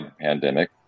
pandemic